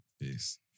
Peace